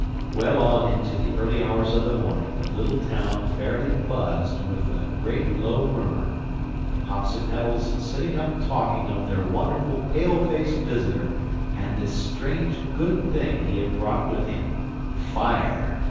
well on into the early hours of the morning the little town fairly buzzed with a great low murmur the popsipetels sitting up talking of their wonderful pale-faced visitor and this strange good thing he had brought with him fire!